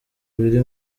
biri